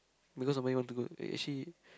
because nobody want to go eh actually